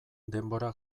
denbora